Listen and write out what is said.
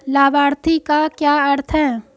लाभार्थी का क्या अर्थ है?